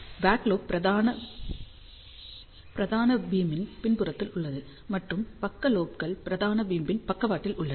back lobe பிரதான பீமின் பின்புறத்தில் உள்ளது மற்றும் பக்க லோப்கள் பிரதான பீமின் பக்கவாட்டில் உள்ளன